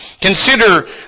Consider